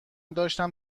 داشتم